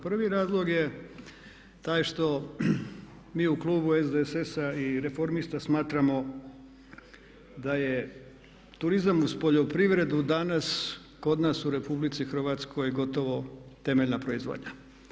Prvi razlog je taj što mi u Klubu SDSS-a i reformista smatramo da je turizam uz poljoprivredu danas kod nas u RH gotovo temeljna proizvodnja.